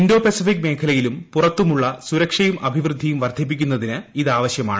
Indo Pacific മേഖലയിലും പുറത്തുമുള്ള സുരക്ഷയും അഭിവൃദ്ധിയും വർദ്ധിപ്പിക്കുന്നതിന് ഇതാവശ്യമാണ്